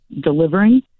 delivering